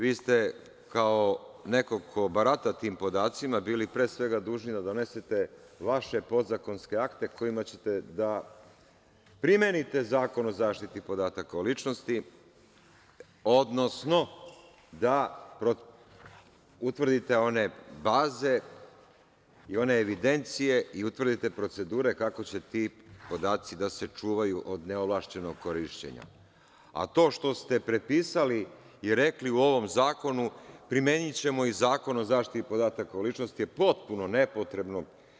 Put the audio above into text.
Vi ste kao neko ko barata tim podacima bili pre svega dužni da donesete vaše podzakonske akte kojima ćete da primenite Zakon o zaštiti podataka o ličnosti, odnosno da utvrdite one baze i one evidencije i utvrdite procedure kako će ti podaci da se čuvaju od neovlašćenog korišćenja, a to što ste prepisali i rekli u ovom zakonu – primenićemo i Zakon o zaštiti podataka o ličnosti je potpuno nepotrebno.